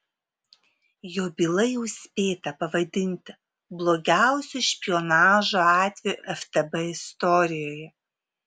jo byla jau spėta pavadinti blogiausiu špionažo atveju ftb istorijoje